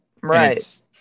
Right